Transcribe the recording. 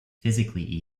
physically